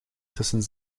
tussen